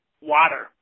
water